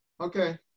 Okay